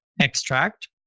extract